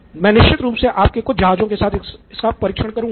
मैं निश्चित रूप से आपके कुछ जहाज़ों के साथ इसका परीक्षण कर सकता हूं